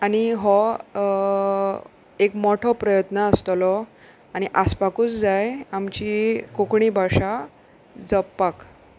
आनी हो एक मोठो प्रयत्न आसतलो आनी आसपाकूच जाय आमची कोंकणी भाशा जपपाक